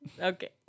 okay